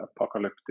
apocalyptic